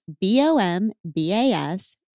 B-O-M-B-A-S